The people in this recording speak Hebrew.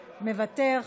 מוותר,